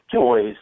joys